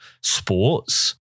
sports